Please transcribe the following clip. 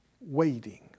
waiting